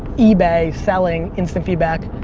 ebay, selling, instant feedback.